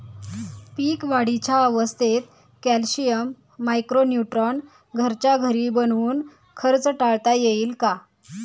पीक वाढीच्या अवस्थेत calcium, micro neutron घरच्या घरी बनवून खर्च टाळता येईल का?